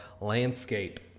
landscape